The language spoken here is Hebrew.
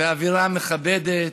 באווירה מכבדת.